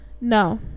No